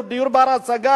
או "דיור בר-השגה",